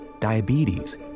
diabetes